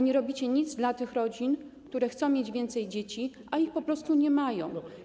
Nie robicie nic dla tych rodzin, które chcą mieć więcej dzieci, a ich po prostu nie mają.